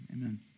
Amen